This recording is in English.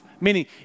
Meaning